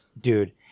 Dude